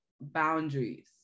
boundaries